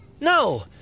No